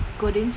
golden food